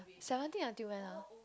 seventeen until when ah